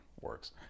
works